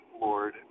Lord